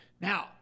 Now